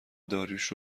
داریوش